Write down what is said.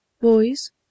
Boys